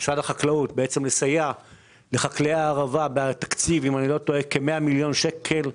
לסייע לחקלאי הערבה בתקציב של כ-100 מיליון שקל,